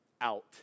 out